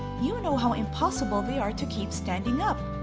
you know how impossible they are to keep standing up.